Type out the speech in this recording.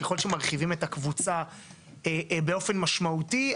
ככל שמרחיבים את הקבוצה באופן משמעותי,